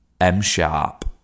M-Sharp